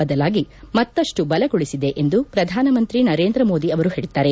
ಬದಲಾಗಿ ಮತ್ತಷ್ಟು ಬಲಗೊಳಿಸಿದೆ ಎಂದು ಪ್ರಧಾನಮಂತ್ರಿ ನರೇಂದ್ರ ಮೋದಿ ಅವರು ಹೇಳಿದ್ದಾರೆ